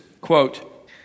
quote